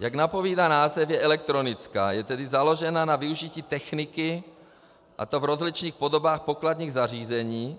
Jak napovídá název, je elektronická, je tedy založena na využití techniky, a to v rozličných podobách pokladních zařízení,